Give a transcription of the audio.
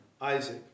Isaac